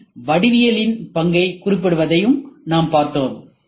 எம்மில் வடிவவியலின் பங்கைக் குறிப்பிடுவதையும் நாம் பார்த்தோம்